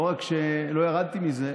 לא רק שלא ירדתי מזה,